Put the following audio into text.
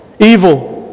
evil